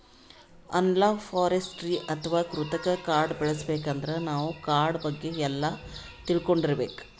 analogue forestry ಅಥವಾ ಕೃತಕ್ ಕಾಡ್ ಬೆಳಸಬೇಕಂದ್ರ ನಾವ್ ಕಾಡ್ ಬಗ್ಗೆ ಎಲ್ಲಾ ತಿಳ್ಕೊಂಡಿರ್ಬೇಕ್